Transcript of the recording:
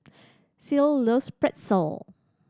Ceil loves Pretzel